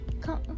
Come